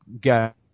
get